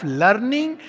learning